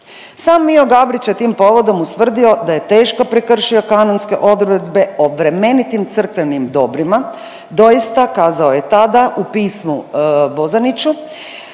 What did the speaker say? Sam Mijo Gabrić je tim povodom ustvrdio da je teško prekršio kanonske odredbe o vremenitim crkvenim dobrima. Doista kazao je tada u pismu Bozaniću